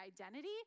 identity